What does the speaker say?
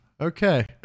Okay